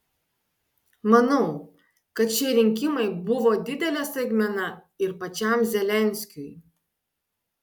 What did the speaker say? manau kad šie rinkimai buvo didelė staigmena ir pačiam zelenskiui